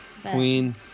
queen